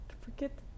forget